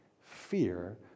fear